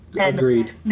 Agreed